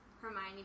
Hermione